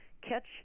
catch